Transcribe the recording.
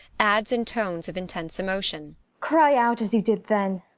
adds in tones of intense emotion cry out as you did then!